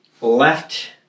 left